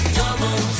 double